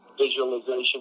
Visualization